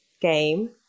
game